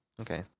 Okay